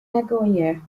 nagoya